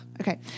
Okay